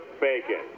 bacon